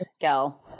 gal